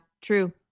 true